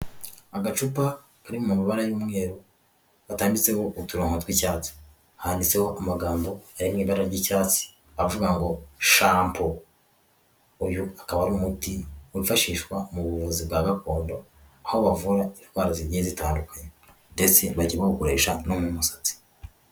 Agacupa kari mu mabara y'umweru gatanditseho uturongo tw'icyatsi, handitseho amagambo ari mu ibara r'yicyatsi avuga ngo shampo, uyu akaba ari umuti wifashishwa mu buvuzi bwa gakondo aho bavura indwara zigiye zitandukanye ndetse bajya bawukoresha no mu musatsi.